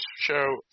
show